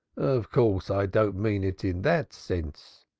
of course, i don't mean it in that sense.